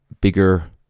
bigger